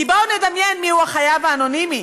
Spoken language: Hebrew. כי בואו נדמיין מיהו החייב האנונימי: